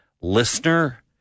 listener